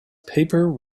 paper